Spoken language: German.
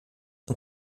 und